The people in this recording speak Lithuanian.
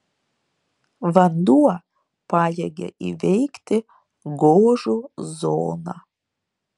vanduo pajėgia įveikti gožų zoną